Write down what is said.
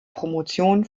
promotion